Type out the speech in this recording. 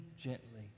gently